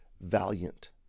valiant